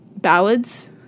ballads